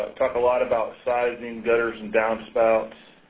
talk a lot about sizing gutters and downspouts.